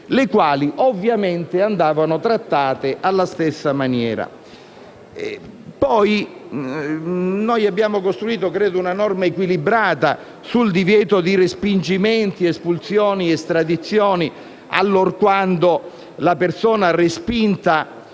le quali ovviamente andavano trattate alla stessa maniera. Abbiamo costruito, credo, una norma equilibrata sul divieto di respingimenti, espulsioni, estradizioni, allorquando vi sia il